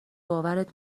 باورت